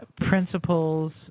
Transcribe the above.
principles